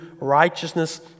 righteousness